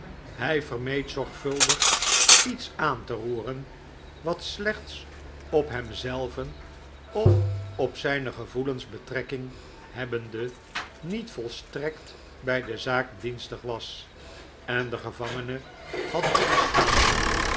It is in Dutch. hij vermeed zorgvuldig iets aan te roeren wat slechts op hem zelven of op zijne gevoelens betrekking hebbende niet volstrekt bij de zaak dienstig was en den gevangene had kunnen schaden